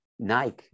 Nike